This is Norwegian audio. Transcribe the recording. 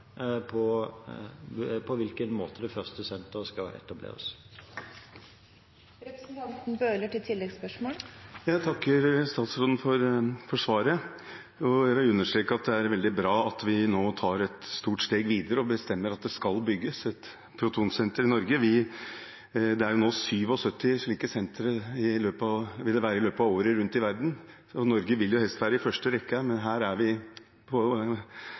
hvilken måte det første sentret skal etableres på. Jeg takker statsråden for svaret. Jeg vil understreke at det er veldig bra at vi nå tar et stort steg videre, og bestemmer at det skal bygges et protonsenter i Norge. Det vil være 77 slike sentre i løpet av året rundt om i verden. Norge vil jo helst være i første rekke, men her er vi «litt på